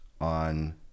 on